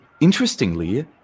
Interestingly